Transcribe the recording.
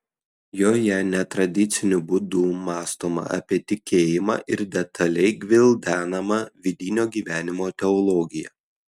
joje netradiciniu būdu mąstoma apie tikėjimą ir detaliai gvildenama vidinio gyvenimo teologija